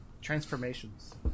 Transformations